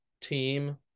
team